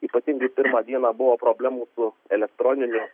ypatingai pirmą dieną buvo problemų su elektroniniu